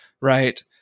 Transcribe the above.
right